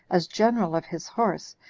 as general of his horse,